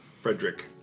Frederick